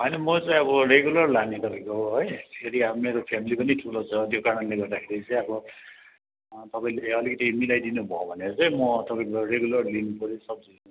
होइन म चाहिँ अब रेगुलर लाने तपाईँकोबाट है फेरि मेरो फ्यामिली पनि ठुलो छ त्यो कारणले गर्दाखेरि चाहिँ अब तपाईँले अलिकति मिलाइदिनु भयो भनेर चाहिँ म तपाईँकोबाट रेगुलर लिनुपऱ्यो सब्जी